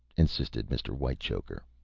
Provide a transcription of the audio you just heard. insisted mr. whitechoker.